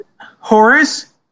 Horace